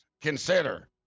consider